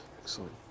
Excellent